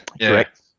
Correct